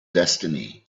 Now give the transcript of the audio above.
destiny